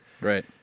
right